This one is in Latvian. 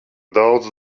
daudz